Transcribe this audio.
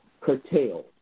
curtailed